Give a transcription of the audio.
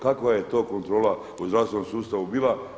Kakva je to kontrola u zdravstvenom sustavu bila?